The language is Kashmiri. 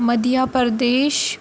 مٔدیہ پردیش